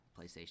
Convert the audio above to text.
PlayStation